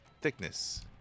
thickness